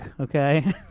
Okay